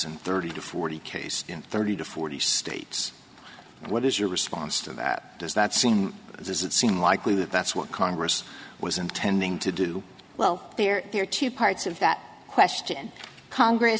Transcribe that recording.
and thirty to forty case in thirty to forty states what is your response to that does that seem does it seem likely that that's what congress was intending to do well there are two parts of that question congress